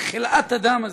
לחלאת האדם הזה,